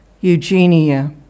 Eugenia